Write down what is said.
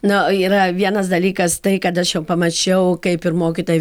na yra vienas dalykas tai kad aš jau pamačiau kaip ir mokytojai